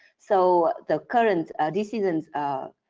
so, the current decisions are